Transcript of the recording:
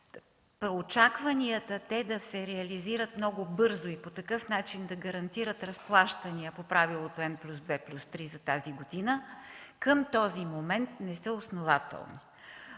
Очакванията те да се реализират много бързо и по такъв начин да гарантират разплащания по правилото „М+2+3” за тази година към този момент не са основателни,